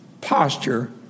posture